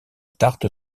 tarte